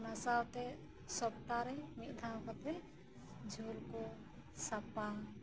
ᱚᱱᱟ ᱥᱟᱶᱛᱮ ᱥᱚᱯᱛᱟᱨᱮ ᱢᱤᱫ ᱫᱷᱟᱣ ᱠᱟᱛᱮᱫ ᱡᱷᱚᱞᱠᱚ ᱥᱟᱯᱷᱟ